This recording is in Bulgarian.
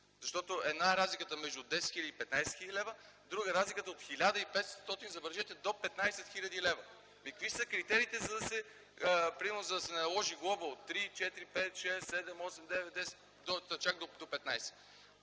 Защото една е разликата между 10 000 и 15 000 лв., друга е разликата от 1500 лв., забележете, до 15 000 лв. Какви са критериите, примерно за да се наложи глоба от 3, 4, 5, 6, 7, 8, 9, 10 000, та чак до 15 000 лв.?